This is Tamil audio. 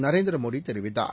நரேந்திரமோடிதெரிவித்தார்